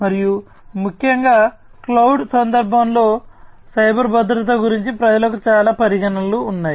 మరియు ముఖ్యంగా క్లౌడ్ సందర్భంలో సైబర్ భద్రత గురించి ప్రజలకు చాలా పరిగణనలు ఉన్నాయి